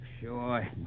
Sure